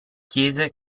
chiese